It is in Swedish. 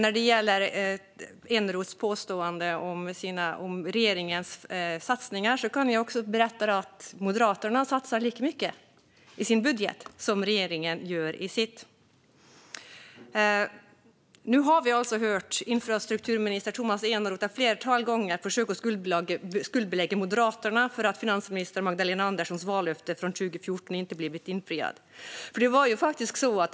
Vad gäller Eneroths påstående om regeringens satsningar kan jag berätta att Moderaterna satsar lika mycket i vårt budgetförslag som regeringen gör i sin budget. Nu har vi ett flertal gånger hört hur infrastrukturminister Tomas Eneroth försöker skuldbelägga Moderaterna för att finansminister Magdalena Anderssons vallöfte från 2014 inte har infriats.